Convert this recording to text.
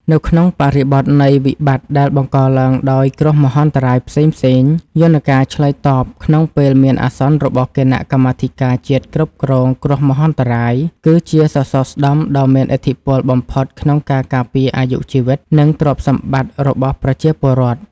នៅក្នុងបរិបទនៃវិបត្តិដែលបង្កឡើងដោយគ្រោះមហន្តរាយផ្សេងៗ យន្តការឆ្លើយតបក្នុងពេលមានអាសន្នរបស់គណៈកម្មាធិការជាតិគ្រប់គ្រងគ្រោះមហន្តរាយ គឺជាសសរស្តម្ភដ៏មានឥទ្ធិពលបំផុតក្នុងការការពារអាយុជីវិត និងទ្រព្យសម្បត្តិរបស់ប្រជាពលរដ្ឋ។